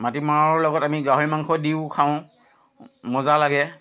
মাটিমাহৰ লগত আমি গাহৰি মাংস দিও খাওঁ মজা লাগে